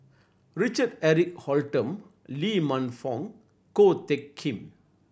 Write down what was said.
Richard Eric Holttum Lee Man Fong Ko Teck Kin